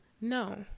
no